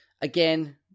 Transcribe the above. again